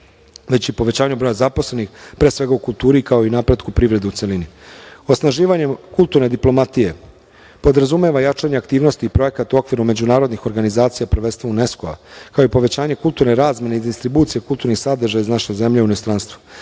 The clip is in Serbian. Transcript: već i povećanju broja zaposlenih, pre svega u kulturi, kao i napretku privrede u celini. Osnaživanjem kulturne diplomatije podrazumeva jačanje aktivnosti projekata u okviru međunarodnih organizacija, prvenstveno UNESKO, kao i povećanje kulturne razmene i distribucije kulturnih sadržaja iz naše u inostranstvo.